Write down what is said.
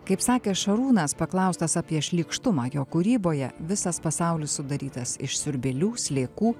kaip sakė šarūnas paklaustas apie šlykštumą jo kūryboje visas pasaulis sudarytas iš siurbėlių sliekų